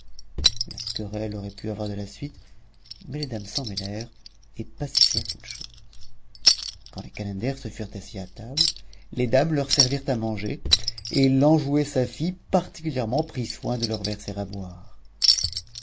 la querelle aurait pu avoir de la suite mais les dames s'en mêlèrent et pacifièrent toutes choses quand les calenders se furent assis à table les dames leur servirent à manger et l'enjouée safie particulièrement prit soin de leur verser à boire